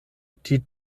die